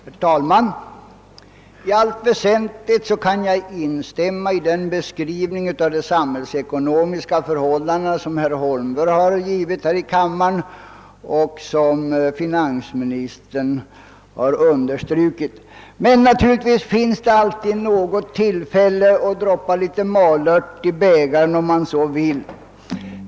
Herr talman! I allt väsentligt kan jag instämma i den beskrivning av de ekonomiska förhållandena som herr Holmberg givit här i kammaren och som finansministern understrukit, men naturligtvis finns det som alltid tillfälle att droppa litet malört i bägaren, om man så vill.